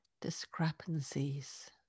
discrepancies